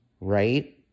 Right